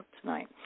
tonight